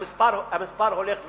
והמספר הולך ועולה.